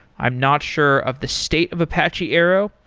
i'm not sure of the state of apache arrow,